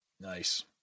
Nice